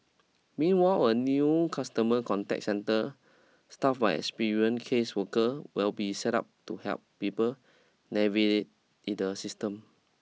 meanwhile a new customer contact centre staffed by experienced caseworkers will be set up to help people the system